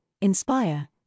inspire